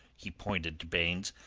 he pointed to baynes.